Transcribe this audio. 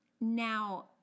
now